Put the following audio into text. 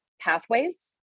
pathways